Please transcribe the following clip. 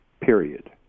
period